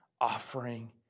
offering